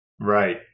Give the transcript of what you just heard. Right